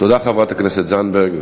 תודה, חברת הכנסת זנדברג.